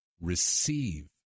receive